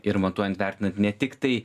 ir matuojant vertinant ne tiktai